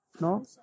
No